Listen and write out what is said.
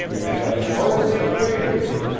and i'm horribly afraid of them.